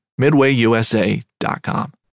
MidwayUSA.com